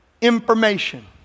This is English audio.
information